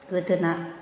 गोदोना